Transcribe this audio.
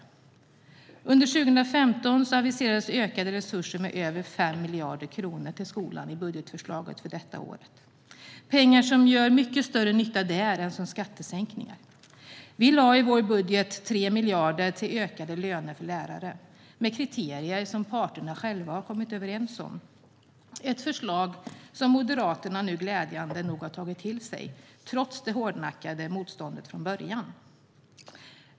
I budgetförslaget för 2015 aviserades ökade resurser med över 5 miljarder kronor till skolan. Det är pengar som gör mycket större nytta där än som skattesänkningar. Vi lade i vår budget 3 miljarder till ökade löner för lärare, med kriterier som parterna själva har kommit överens om. Moderaterna har nu glädjande nog tagit till sig detta förslag, trots det hårdnackade motståndet från början.